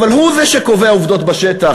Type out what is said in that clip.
אבל הוא זה שקובע עובדות בשטח,